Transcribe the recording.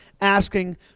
asking